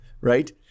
Right